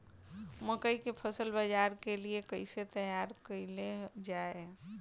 मकई के फसल बाजार के लिए कइसे तैयार कईले जाए?